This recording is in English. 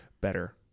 better